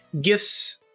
gifts